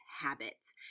habits